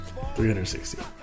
360